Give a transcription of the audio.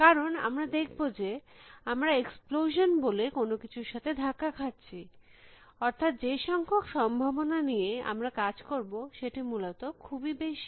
কারণ আমরা দেখব যে আমরা এক্সপ্লোশান বলে কোনো কিছুর সাথে ধাক্কা খাচ্ছি অর্থাৎ যে সংখ্যক সম্ভাবনা নিয়ে আমরা কাজ করব সেটি মূলত খুবই বেশী